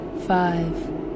five